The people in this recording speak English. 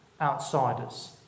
outsiders